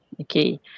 okay